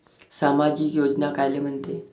सामाजिक योजना कायले म्हंते?